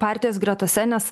partijos gretose nes